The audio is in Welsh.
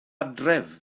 adref